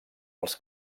els